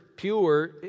Pure